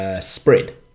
spread